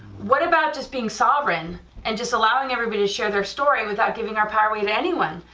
what about just being sovereign and just allowing everybody share their story without giving our power with anyone,